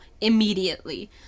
immediately